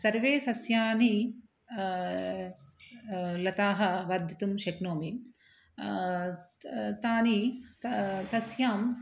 सर्वे सस्यानि लताः वर्धितुं शक्नोमि त् तानि त तस्याम्